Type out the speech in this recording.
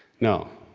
no.